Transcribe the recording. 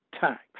tax